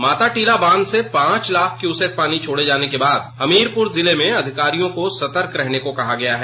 माताटीला बांध से पाँच लाख स्प्रसेक पानी छोड़े जाने के बाद हमीरपुर जिले में अधिकारियों को सतर्क रहने को कहा गया है